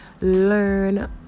Learn